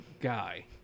guy